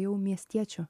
jau miestiečių